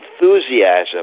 enthusiasm